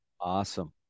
Awesome